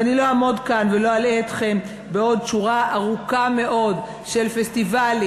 ואני לא אעמוד כאן ולא אלאה אתכם בעוד שורה ארוכה מאוד של פסטיבלים,